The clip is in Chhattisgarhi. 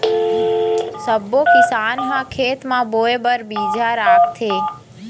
सब्बो किसान ह खेत म बोए बर बिजहा राखथे